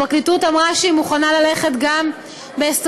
הפרקליטות אמרה שהיא מוכנה ללכת גם באסטרטגיה